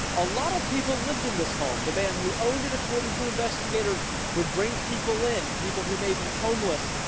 a lot of people lived in this home. the man who owned it according to investigators would bring people in, people who may be homeless,